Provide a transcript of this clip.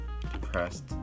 depressed